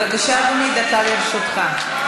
בבקשה, אדוני, דקה לרשותך.